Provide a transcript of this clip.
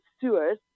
sewers